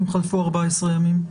אם חלפו 14 ימים?